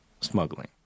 smuggling